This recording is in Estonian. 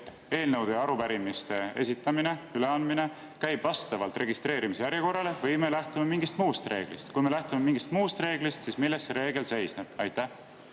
eelnõude ja arupärimiste üleandmine käib vastavalt registreerimise järjekorrale või me lähtume mingist muust reeglist? Kui me lähtume mingist muust reeglist, siis milles see reegel seisneb? Suur